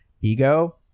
ego